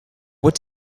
what